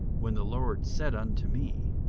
when the lord said unto me,